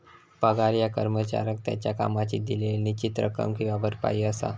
पगार ह्या कर्मचाऱ्याक त्याच्यो कामाची दिलेली निश्चित रक्कम किंवा भरपाई असा